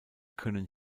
können